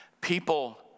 People